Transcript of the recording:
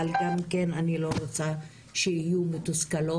אבל גם כן אני לא רוצה שהן יהיו מתוסכלות